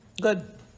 good